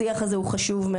השיח הזה הוא מאוד חשוב.